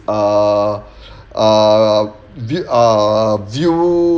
err err err view